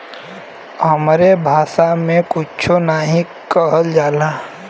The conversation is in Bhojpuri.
हमरे भासा मे कुच्छो नाहीं कहल जाला